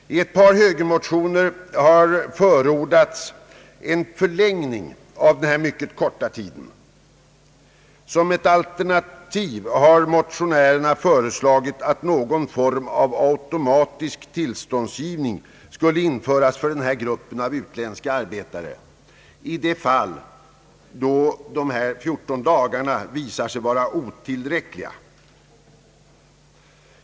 I ett par högermotioner har förordats en förlängning av den här mycket korta tiden. Som ett alternativ har motionärerna föreslagit att någon form av au tomatisk tillståndsgivning skulle införas för ifrågavarande grupp av utländska arbetare, i de fall de 14 dagarna visar sig vara otillräckliga.